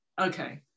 Okay